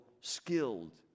skilled